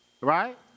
Right